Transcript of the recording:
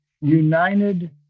united